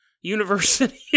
University